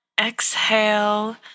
exhale